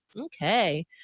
Okay